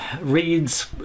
reads